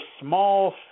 small